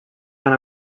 van